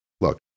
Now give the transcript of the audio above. look